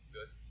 Good